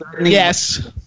Yes